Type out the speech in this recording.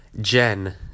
Jen